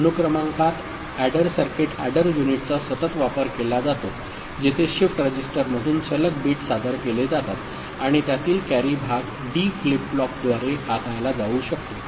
अनुक्रमांकात adder circuit adder युनिटचा सतत वापर केला जातो जेथे शिफ्ट रजिस्टरमधून सलग बिट सादर केले जातात आणि त्यातील कॅरी भाग डी फ्लिप फ्लॉपद्वारे हाताळला जाऊ शकतो